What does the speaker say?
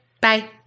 Bye